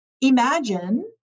Imagine